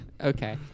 Okay